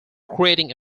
creating